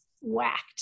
whacked